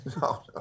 No